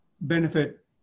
benefit